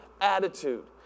attitude